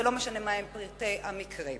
ולא משנה מהם פרטי המקרה.